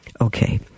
Okay